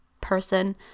person